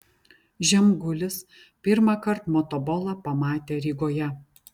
žemgulis pirmąkart motobolą pamatė rygoje